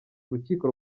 urukiko